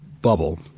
bubble